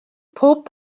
pob